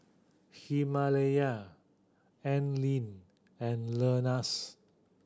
Himalaya Anlene and Lenas